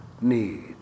need